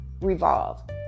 revolve